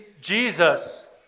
Jesus